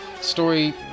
Story